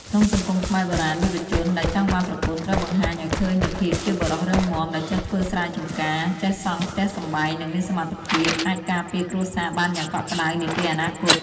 ក្នុងសង្គមខ្មែរបុរាណ យុវជនដែលចង់បានប្រពន្ធត្រូវបង្ហាញឱ្យឃើញនូវភាពជាបុរសរឹងមាំ ដែលចេះធ្វើស្រែចម្ការ ចេះសង់ផ្ទះសម្បែង និងមានសមត្ថភាពអាចការពារគ្រួសារបានយ៉ាងកក់ក្ដៅនាពេលអនាគត។